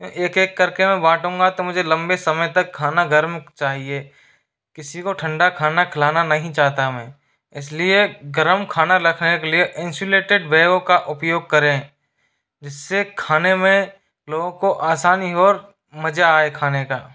एक एक करके मैं बाटूँगा तो मुझे लंबे समय तक खाना गरम चाहिये किसी को ठंडा खाना खिलाना नहीं चाहता मैं इसलिए गरम खाना रखने के लिए इंसुलेटेड बैगों का उपयोग करें जिससे खाने में लोगों को आसानी हो और मजा आए खाने का